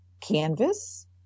canvas